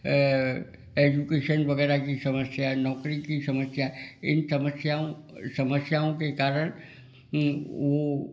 अ education वगैरह की समस्या नौकरी की समस्या इन समस्यायों समस्यायों के कारण